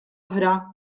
oħra